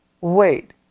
wait